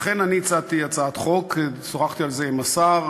לכן הצעתי הצעת חוק ושוחחתי על זה עם השר.